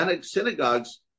synagogues